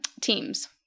teams